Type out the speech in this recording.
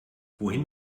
wohin